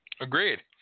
agreed